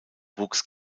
wuchs